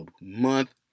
month